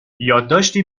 یادداشتی